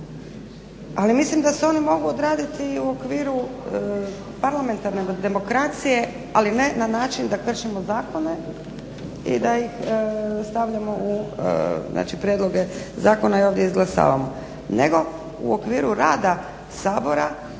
ali mislim da se oni mogu odraditi i u okviru parlamentarne demokracije, ali ne na način da kršimo zakone i da ih stavljamo u prijedloge zakona i ovdje izglasavamo, nego u okviru rada Sabora